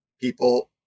people